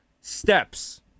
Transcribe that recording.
steps